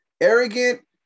arrogant